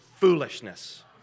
foolishness